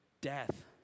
death